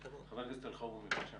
חבר הכנסת אלחרומי, בבקשה.